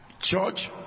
church